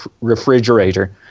refrigerator